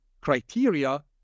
criteria